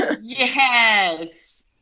Yes